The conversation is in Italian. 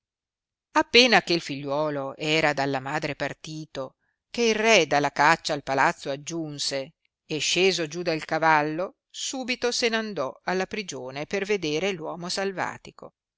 appena che figliuolo era dalla madre partito che il re dalla caccia al palazzo aggiunse e sceso giù del cavallo subito se n'andò alla prigione per vedere l uomo salvatico